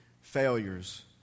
failures